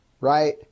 Right